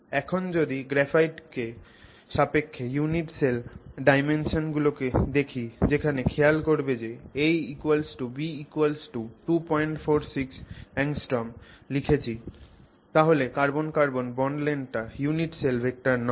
এখন যদি গ্রাফাইট এর সাপেক্ষে unit cell dimension গুলো কে দেখি যেখানে খেয়াল করবে যে ab246 angstroms লিখেছি তাহলে carbon carbon bond length টা unit cell vector নয়